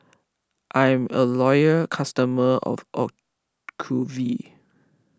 I'm a loyal customer of Ocuvite